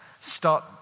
start